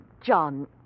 John